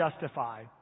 justify